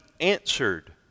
answered